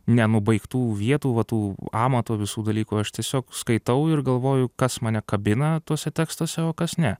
nenubaigtų vietų va tų amato visų dalykų aš tiesiog skaitau ir galvoju kas mane kabina tuose tekstuose o kas ne